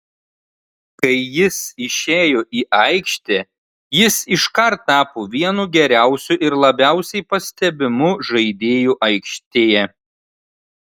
kai jis išėjo į aikštę jis iškart tapo vienu geriausiu ir labiausiai pastebimu žaidėju aikštėje